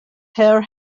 her